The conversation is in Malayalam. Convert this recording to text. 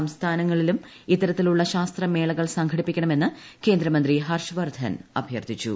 സംസ്ഥാനങ്ങളിലും ഇത്തരത്തിലുള്ള ശാസ്ത്ര മേളകൾ സംഘടിപ്പിക്കണമെന്ന് കേന്ദ്രമന്ത്രി ഹർഷവർധൻ അഭ്യർഥിച്ചു